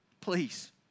Please